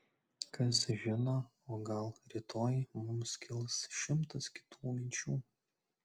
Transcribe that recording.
kas žino o gal rytoj mums kils šimtas kitų minčių